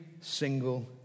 single